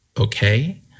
okay